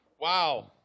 Wow